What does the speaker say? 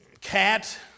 cat